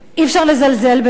אי-אפשר לזלזל בזה,